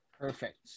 Perfect